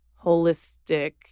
holistic